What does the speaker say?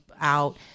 out